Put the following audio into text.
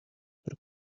per